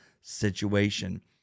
situation